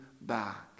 back